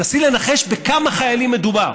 נסי לנחש בכמה חיילים מדובר.